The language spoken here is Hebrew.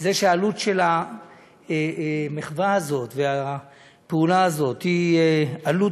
זה שהעלות של המחווה הזאת והפעולה הזאת היא גבוהה,